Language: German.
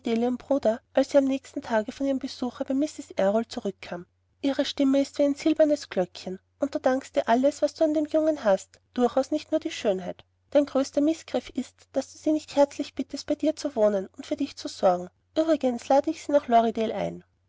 bruder als sie am nächsten tage von ihrem besuche bei mrs errol zurückkam ihre stimme ist wie ein silbernes glöckchen und du dankst ihr alles was du an dem jungen hast durchaus nicht nur die schönheit dein größter mißgriff ist daß du sie nicht herzlich bittest bei dir zu wohnen und für dich zu sorgen uebrigens lade ich sie nach lorridaile ein